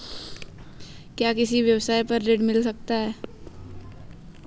क्या किसी व्यवसाय पर ऋण मिल सकता है?